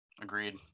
agreed